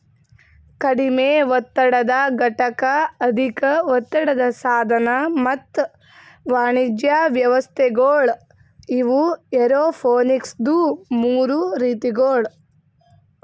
ಕಡಿಮೆ ಒತ್ತಡದ ಘಟಕ, ಅಧಿಕ ಒತ್ತಡದ ಸಾಧನ ಮತ್ತ ವಾಣಿಜ್ಯ ವ್ಯವಸ್ಥೆಗೊಳ್ ಇವು ಏರೋಪೋನಿಕ್ಸದು ಮೂರು ರೀತಿಗೊಳ್